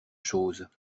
choses